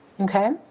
Okay